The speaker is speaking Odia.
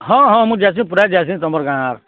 ହଁ ହଁ ମୁଁ ଯାଏସି ପ୍ରାୟ ଯାଏସି ତମର୍ ଗାଁ